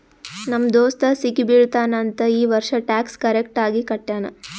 ನಮ್ ದೋಸ್ತ ಸಿಗಿ ಬೀಳ್ತಾನ್ ಅಂತ್ ಈ ವರ್ಷ ಟ್ಯಾಕ್ಸ್ ಕರೆಕ್ಟ್ ಆಗಿ ಕಟ್ಯಾನ್